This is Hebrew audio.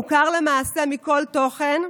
מעוקר למעשה מכל תוכן,